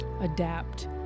adapt